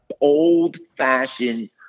old-fashioned